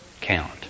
count